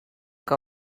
que